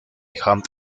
hank